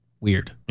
weird